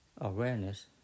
awareness